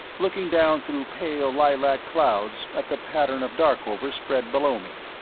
looking down through pale lilac clouds at the pattern of darkover spread below me.